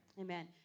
Amen